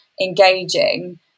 engaging